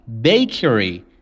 Bakery